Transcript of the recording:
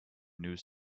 news